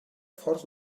ffordd